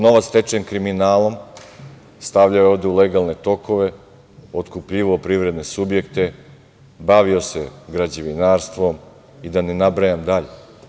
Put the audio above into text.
Novac stečen kriminalom stavljao je ovde u legalne tokove, potkupljivao privredne subjekte, bavio se građevinarstvom, poljoprivredom, i da ne nabrajam dalje.